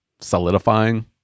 solidifying